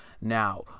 Now